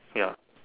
ya